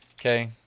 Okay